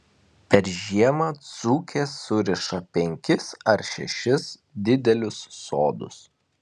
per žiemą dzūkės suriša penkis ar šešis didelius sodus